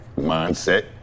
mindset